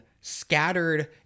scattered